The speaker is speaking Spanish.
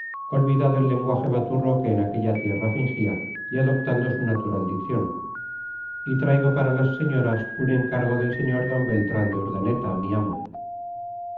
olvidado del lenguaje baturro que en aquella tierra fingía y adoptando su natural dicción y traigo para las señoras un encargo del señor d beltrán de urdaneta mi amo